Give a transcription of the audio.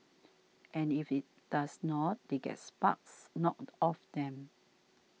and if it does not they get sparks knocked off them